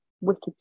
wicked